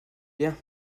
bien